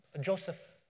Joseph